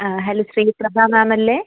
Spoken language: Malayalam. അ ഹലൊ ശ്രീപ്രഭാ മാമല്ലെ